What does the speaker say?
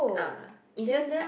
ah it's just